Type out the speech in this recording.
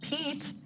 Pete